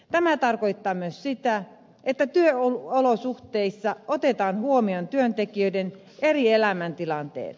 tämä tarkoittaa myös sitä että työolosuhteissa otetaan huomioon työntekijöiden eri elämäntilanteet